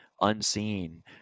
unseen